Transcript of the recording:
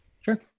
Sure